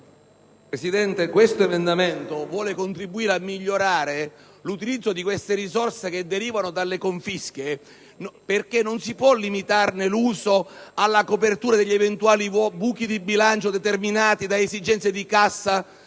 Presidente, l'emendamento in esame vuole contribuire a migliorare l'utilizzo di queste risorse derivanti dalle confische. Non si può limitarne l'uso alla copertura degli eventuali buchi di bilancio determinati da esigenze di cassa